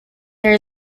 there